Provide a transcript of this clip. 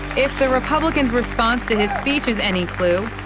if the republicans' response to his speech is any clue,